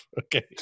Okay